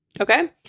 Okay